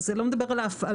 זה לא מדבר על ההפעלה.